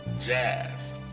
jazz